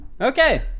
okay